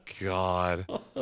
God